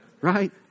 Right